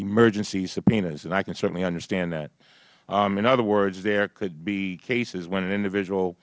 emergency subpoenas and i can certainly understand that in other words there could be cases when an individual